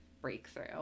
breakthrough